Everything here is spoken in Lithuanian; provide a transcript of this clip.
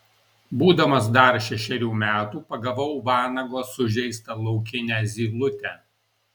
būdamas dar šešerių metų pagavau vanago sužeistą laukinę zylutę